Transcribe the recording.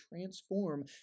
transform